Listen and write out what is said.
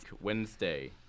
Wednesday